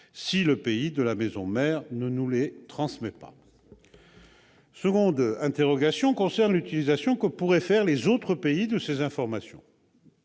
est implantée la maison mère ne nous les transmet pas. Une deuxième interrogation concerne l'utilisation que pourraient faire les autres pays de ces informations.